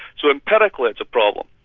so empirically it's a problem.